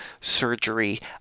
surgery